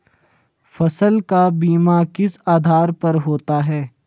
फसल का बीमा किस आधार पर होता है?